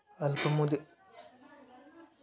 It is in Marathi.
अल्पमुदतीचे कर्ज किती वर्षांचे असते?